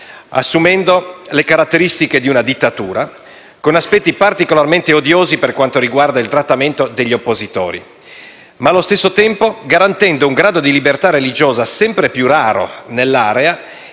assumendo le caratteristiche di una dittatura, con aspetti particolarmente odiosi per quanto riguarda il trattamento degli oppositori ma, allo stesso tempo, garantendo un grado di libertà religiosa sempre più raro nell'area e particolarmente